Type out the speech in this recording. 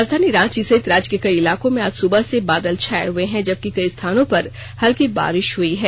राजधानी रांची सहित राज्य के कई इलाकों में आज सुबह से बादल छाए हुये हैं जबकि कई स्थानों पर हल्की बारिष हई है